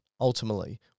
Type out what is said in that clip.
ultimately